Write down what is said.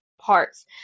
parts